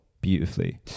beautifully